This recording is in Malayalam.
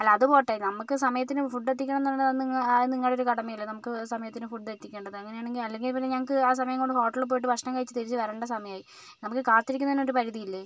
അല്ല അതുപോട്ടെ നമുക്ക് സമയത്തിന് ഫുഡ് എത്തിക്കണമെന്നുള്ള നിങ്ങ ആയ നിങ്ങളുടെയൊരു കടമയല്ലേ നമുക്ക് സമയത്തിന് ഫുഡ് എത്തിക്കേണ്ടത് അങ്ങനെയാണെങ്കിൽ അല്ലെങ്കിൽ പിന്നെ ഞങ്ങൾക്ക് ആ സമയം കൊണ്ട് ഹോട്ടലിൽ പോയിട്ട് ഭക്ഷണം കഴിച്ച് തിരിച്ച് വരേണ്ട സമയമായി നമുക്ക് കാത്തിരിക്കുന്നതിന് ഒരു പരിധിയില്ലേ